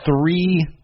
three